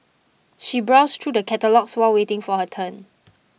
she browsed through the catalogues while waiting for her turn